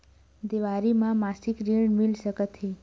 देवारी म मासिक ऋण मिल सकत हे?